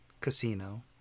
casino